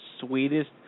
sweetest